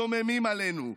זוממים עלינו,